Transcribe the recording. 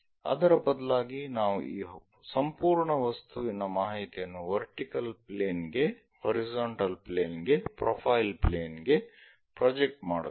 ಅದರ ಬದಲಾಗಿ ನಾವು ಈ ಸಂಪೂರ್ಣ ವಸ್ತುವಿನ ಮಾಹಿತಿಯನ್ನು ವರ್ಟಿಕಲ್ ಪ್ಲೇನ್ ಗೆ ಹಾರಿಜಾಂಟಲ್ ಪ್ಲೇನ್ ಗೆ ಪ್ರೊಫೈಲ್ ಪ್ಲೇನ್ ಗೆ ಪ್ರೊಜೆಕ್ಟ್ ಮಾಡುತ್ತೇವೆ